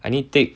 I need take